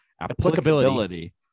applicability